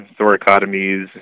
thoracotomies